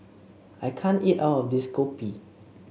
I can't eat all of this Kopi